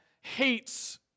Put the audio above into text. hates